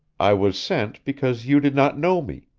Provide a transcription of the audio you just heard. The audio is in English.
i was sent because you did not know me,